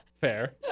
Fair